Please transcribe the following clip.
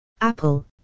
Apple